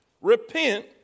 Repent